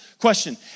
Question